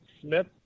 Smith